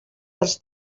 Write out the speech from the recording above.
dels